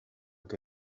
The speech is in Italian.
che